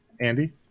Andy